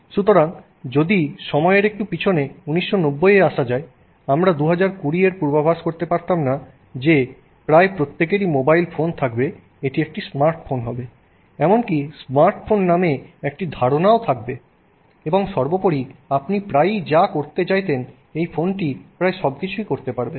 সুতরাং যদি সময়ের একটু পিছনে 1990 এ আসা যায় আমরা 2020 এর পূর্বাভাস করতে পারতাম না যে প্রায় প্রত্যেকেরই মোবাইল ফোন থাকবে এটি একটি স্মার্টফোন হবে এমনকি স্মার্টফোন নামে একটি ধারণাও থাকবে এবং সর্বোপরি আপনি প্রায়ই যা করতে চাইতেন এই ফোনটি প্রায় সবকিছুই করতে পারবে